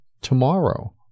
tomorrow